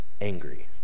angry